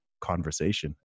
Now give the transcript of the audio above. conversation